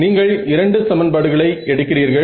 நீங்கள் இரண்டு சமன்பாடுகளை எடுக்கிறீர்கள்